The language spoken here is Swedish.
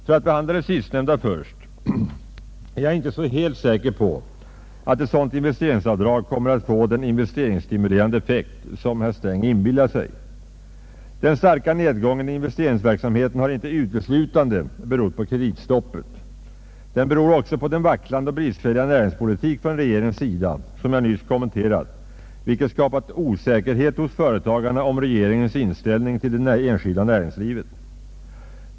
För att behandla det sistnämnda först, är jag inte så säker på att ett sådant investeringsavdrag kommer att få den investeringsstimulerande effekt som herr Sträng inbillar sig. Den starka nedgången i investeringsverksamheten har inte uteslutande berott på kreditstoppet. Den beror också på den vacklande och bristfälliga näringspolitik från regeringens sida, som jag nyss kommenterat och som skapat osäkerhet hos företagarna om regeringens inställning till det enskilda näringslivet.